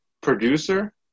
producer